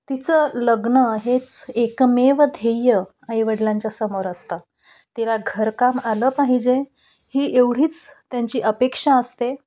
तिचं लग्न हेच एकमेव ध्येय आईवडिलांच्या समोर असतं तिला घरकाम आलं पाहिजे ही एवढीच त्यांची अपेक्षा असते